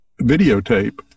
videotape